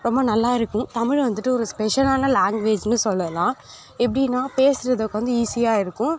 ரொம்ப நல்லா இருக்கும் தமிழை வந்துட்டு ஒரு ஸ்பெஷலான லாங்குவேஜ்னு சொல்லலாம் எப்படின்னா பேசுவதுக்கு வந்து ஈஸியாக இருக்கும்